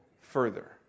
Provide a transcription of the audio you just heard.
further